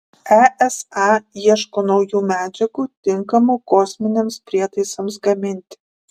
esa ieško naujų medžiagų tinkamų kosminiams prietaisams gaminti